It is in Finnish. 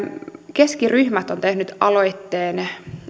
keskiryhmät ovat tehneet aloitteen